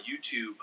youtube